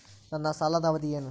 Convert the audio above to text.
ನನ್ನ ಸಾಲದ ಅವಧಿ ಏನು?